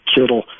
Kittle